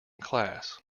class